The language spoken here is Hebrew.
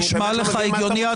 נשמע לך הגיוני,